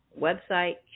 website